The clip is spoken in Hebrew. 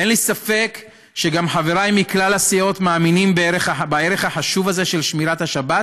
אין לי ספק שגם חבריי מכלל הסיעות מאמינים בערך החשוב הזה של שמירת השבת